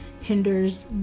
hinders